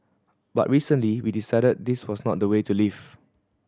but recently we decided this was not the way to live